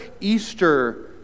Easter